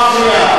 בכפר-מנדא.